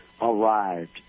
arrived